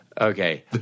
Okay